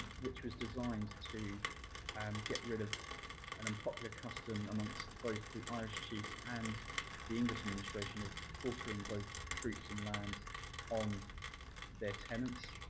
which was designed to and get rid of an unpopular custom amongst both the irish chiefs and the english administration of quartering both troops and lands on their tenants.